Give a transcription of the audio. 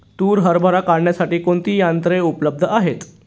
तूर हरभरा काढण्यासाठी कोणती यंत्रे उपलब्ध आहेत?